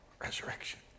resurrection